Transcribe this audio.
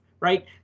Right